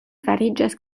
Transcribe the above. fariĝas